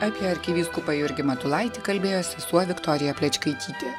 apie arkivyskupą jurgį matulaitį kalbėjo sesuo viktorija plečkaitytė